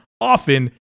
often